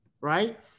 right